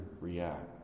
react